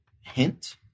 hint